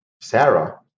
Sarah